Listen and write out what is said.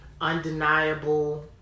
Undeniable